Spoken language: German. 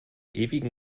ewigen